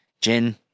gin